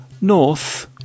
North